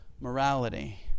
morality